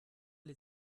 les